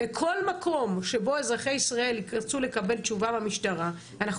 בכל מקום שבו אזרחי ישראל ירצו לקבל תשובה מהמשטרה אנחנו